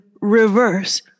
reverse